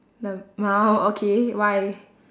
LMAO okay why